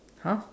!huh!